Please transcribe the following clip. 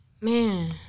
Man